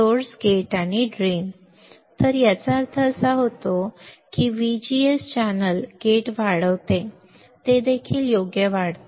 तर जेव्हा याचा अर्थ असा होतो की VGS चॅनेल गेट वाढवते ते देखील योग्य वाढते